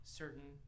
certain